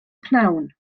pnawn